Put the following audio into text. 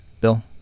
Bill